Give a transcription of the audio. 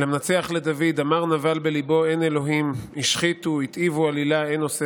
"למנצח לדוד אמר נבל בלִבו אין אלהים השחיתו התעיבו עלילה אין עֹשה